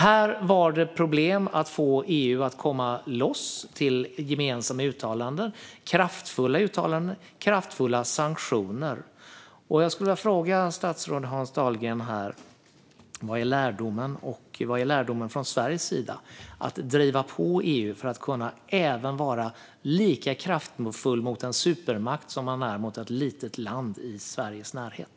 Här var det problem att få EU att komma loss till gemensamma kraftfulla uttalanden och kraftfulla sanktioner. Jag skulle vilja fråga statsrådet Hans Dahlgren här: Var är lärdomen från Sveriges sida för att driva på EU för att även kunna vara lika kraftfull mot en supermakt som man är ett litet land i Sveriges närhet?